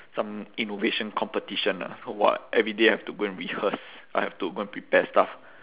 some innovation competition lah so !wah! every day I have to go and rehearse I have to go and prepare stuff